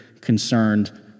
concerned